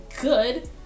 good